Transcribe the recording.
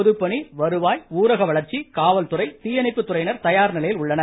பொதுப்பணி வருவாய் ஊரக வளர்ச்சி காவல்துறை தீயணைப்பு துறையினர் தயார் நிலையில் உள்ளனர்